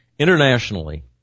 Internationally